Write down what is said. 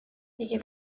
دیگه